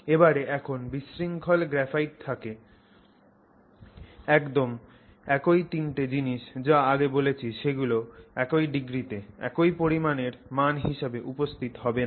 এবারে যখন বিশৃঙ্খল গ্রাফাইট থাকে একদম একই তিনটে জিনিস যা আগে বলেছি সেগুলো একই ডিগ্রিতে একই পরিমাণের মান হিসাবে উপস্থিত হবে না